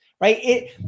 right